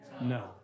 No